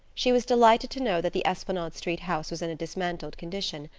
she was delighted to know that the esplanade street house was in a dismantled condition.